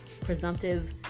presumptive